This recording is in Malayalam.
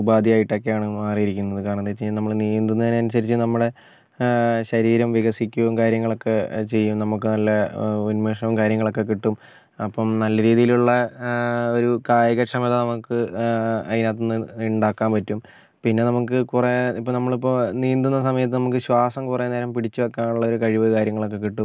ഉപാധിയായിട്ടൊക്കെയാണ് മാറിയിരിക്കുന്നത് കാരണം എന്താ വെച്ചുകഴിഞ്ഞാൽ നമ്മൾ നീന്തുന്നത് അനുസരിച്ച് നമ്മളെ ശരീരം വികസിക്കുകയും കാര്യങ്ങളൊക്കെ ചെയ്യും നമുക്ക് നല്ല ഉന്മേഷവും കാര്യങ്ങളൊക്കെ കിട്ടും അപ്പം നല്ല രീതിയിലുള്ള ഒരു കായിക ക്ഷമത നമുക്ക് അതിനകത്തുന്നു ഉണ്ടാക്കാൻ പറ്റും പിന്നെ നമ്മുക്ക് കുറെ ഇപ്പോൾ നമ്മളിപ്പോൾ നീന്തുന്ന സമയത്ത് നമുക്ക് ശ്വാസം കുറെ നേരം പിടിച്ചു വെക്കാൻ ഉള്ള ഒരു കഴിവ് കാര്യങ്ങളൊക്കെ കിട്ടും